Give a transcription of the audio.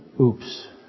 Oops